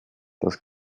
das